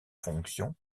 fonction